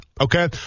okay